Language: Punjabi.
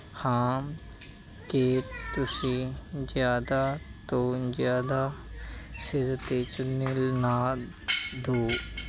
ਹਾਂ ਕਿ ਤੁਸੀਂ ਜ਼ਿਆਦਾ ਤੋਂ ਜ਼ਿਆਦਾ ਸਿਰ 'ਤੇ ਚੁੰਨੀ ਨਾ ਦਿਓ